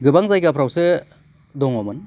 गोबां जायगाफ्रावसो दङमोन